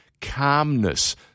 calmness